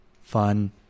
fun